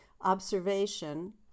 observation